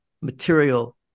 material